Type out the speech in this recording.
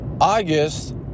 August